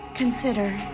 consider